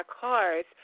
cars